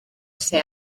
ese